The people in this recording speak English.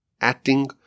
acting